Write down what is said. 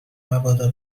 مبادا